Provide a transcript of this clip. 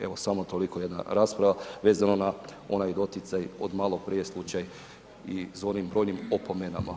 Evo, samo toliko jedna rasprava vezano na onaj doticaj od maloprije slučaj i s onim brojnim opomenama.